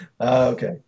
Okay